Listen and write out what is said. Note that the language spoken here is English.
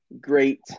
great